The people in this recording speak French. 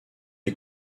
est